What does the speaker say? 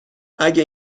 اگه